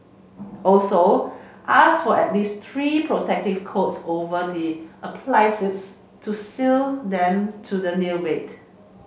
also ask for at least three protective coats over the applies to seal them to the nail bed